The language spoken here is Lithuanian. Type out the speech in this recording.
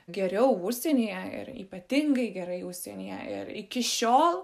geriau užsienyje ir ypatingai gerai užsienyje ir iki šiol